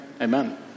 Amen